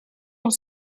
dans